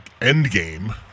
Endgame